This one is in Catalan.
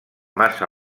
massa